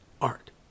Art